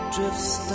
Drifts